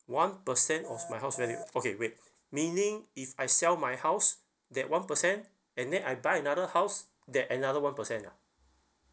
one percent of my house value okay wait meaning if I sell my house that one percent and then I buy another house that another one percent ah